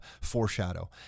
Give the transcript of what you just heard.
foreshadow